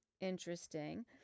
interesting